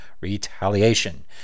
retaliation